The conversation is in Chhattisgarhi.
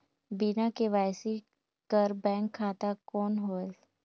बिना के.वाई.सी कर बैंक खाता कौन होएल?